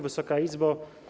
Wysoka Izbo!